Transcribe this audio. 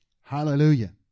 Hallelujah